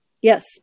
Yes